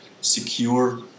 secure